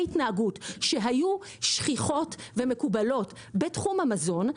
התנהגות שהיו שכיחות ומקובלות בתחום המזון,